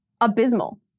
abysmal